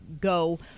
go